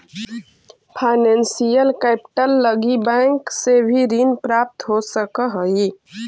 financial capital लगी bank से ऋण भी प्राप्त हो सकऽ हई